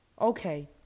Okay